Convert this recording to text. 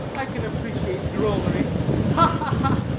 i can appreciate drollery ha, ha,